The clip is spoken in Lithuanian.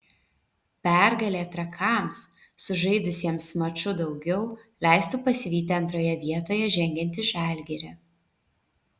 pergalė trakams sužaidusiems maču daugiau leistų pasivyti antroje vietoje žengiantį žalgirį